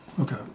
Okay